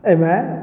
एहिमे